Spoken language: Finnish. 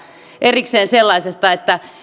erikseen sellaisesta että